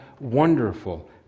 Wonderful